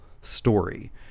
story